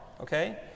okay